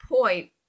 point